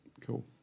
cool